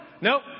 Nope